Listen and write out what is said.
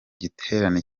giterane